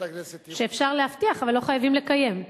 שאפשר להבטיח אבל לא חייבים לקיים.